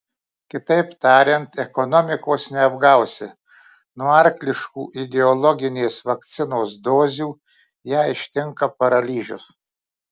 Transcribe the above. kitaip tariant ekonomikos neapgausi nuo arkliškų ideologinės vakcinos dozių ją ištinka paralyžius